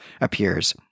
appears